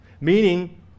meaning